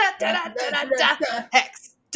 Hex